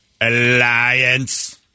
Alliance